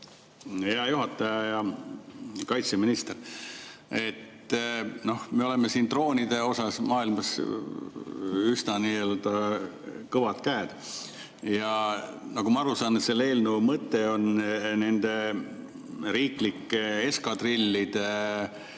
Hea juhataja! Hea kaitseminister! Me oleme siin droonidega maailmas üsna nii-öelda kõvad käed. Nagu ma aru saan, selle eelnõu mõte on nende riiklike eskadrillide